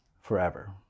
forever